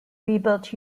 rebuilt